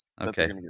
okay